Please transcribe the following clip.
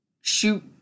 shoot